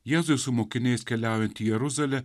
jėzui su mokiniais keliaujant į jeruzalę